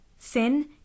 Sin